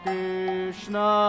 Krishna